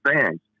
fans